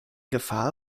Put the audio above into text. gefahr